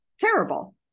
Terrible